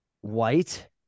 White